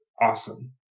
awesome